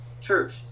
church